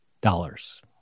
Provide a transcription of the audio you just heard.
Dollars